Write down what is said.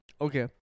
Okay